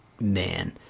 man